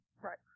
Right